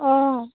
অঁ